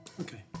Okay